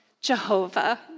Jehovah